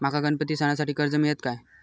माका गणपती सणासाठी कर्ज मिळत काय?